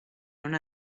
non